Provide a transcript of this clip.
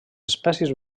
espècies